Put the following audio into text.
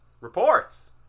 reports